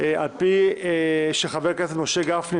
הכנסת.